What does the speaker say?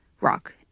rock